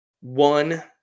one